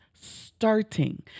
Starting